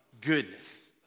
goodness